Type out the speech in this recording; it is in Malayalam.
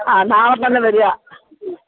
ആ നാളെ തന്നെ വരിക